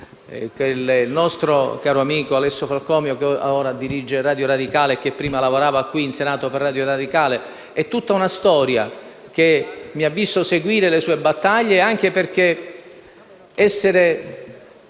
il nostro caro amico Alessio Falconio, che ora dirige «Radio Radicale» e che prima lavorava qui in Senato per «Radio Radicale». C'è tutta una storia che mi ha visto seguire le sue battaglie assieme